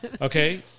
okay